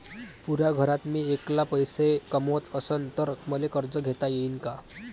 पुऱ्या घरात मी ऐकला पैसे कमवत असन तर मले कर्ज घेता येईन का?